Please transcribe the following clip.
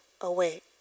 awake